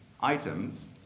items